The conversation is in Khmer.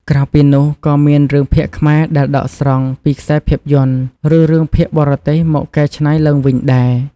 ក្រៅពីនោះក៏មានរឿងភាគខ្មែរដែលដកស្រង់ពីខ្សែភាពយន្ត ឬរឿងភាគបរទេសមកកែច្នៃឡើងវិញដែរ។